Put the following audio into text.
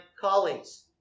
colleagues